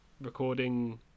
recording